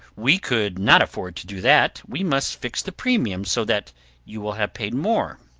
we could not afford to do that. we must fix the premium so that you will have paid more.